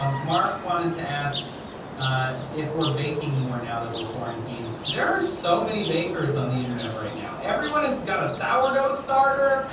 um mark wanted to ask if we're baking more now that we're quarantined. there are so many bakers on the internet right now. everyone has got a sourdough starter.